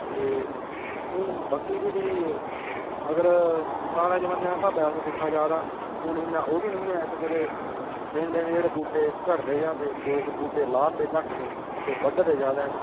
ते हून बाकी फिरी अगर पराने जमान्ने दे स्हाबै अस दिक्खेआ जा तां हून इन्ना ओह् बी निं ऐ इत्त कदें दिन दिन जेह्ड़े बूह्टे घटदे जा दे लोक बूह्टे ला दे घट्ट न ते बड्ढदे ज्यादा न